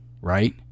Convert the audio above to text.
right